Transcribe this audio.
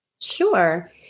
Sure